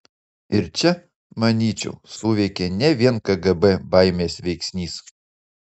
ir čia manyčiau suveikė ne vien kgb baimės veiksnys